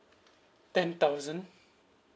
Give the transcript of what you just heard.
ten thousand